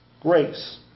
grace